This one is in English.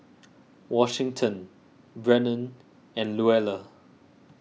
Washington Brennon and Luella